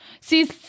See